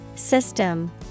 System